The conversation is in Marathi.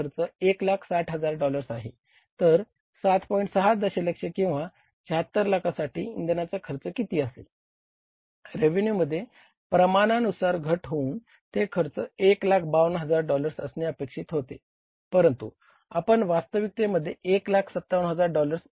यानंतर आपण दुरुस्ती व देखभाल म्हणजेच आर